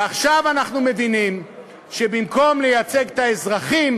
ועכשיו אנחנו מבינים שבמקום לייצג את האזרחים,